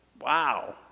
Wow